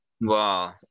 Wow